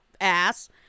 ass